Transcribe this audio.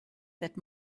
that